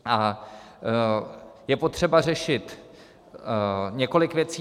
A je potřeba řešit několik věcí.